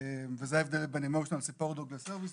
וזה ההבדל בין Emotional Support Dog ל-Service Dog,